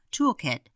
Toolkit